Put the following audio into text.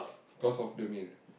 cost of the meal